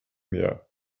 mehr